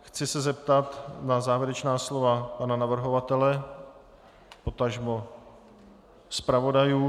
Chci se zeptat na závěrečná slova pana navrhovatele, potažmo zpravodajů.